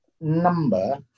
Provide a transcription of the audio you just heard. Number